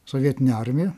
sovietinę armiją